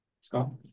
Scott